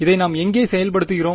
இதை நாம் எங்கே செயல்படுத்துகிறோம்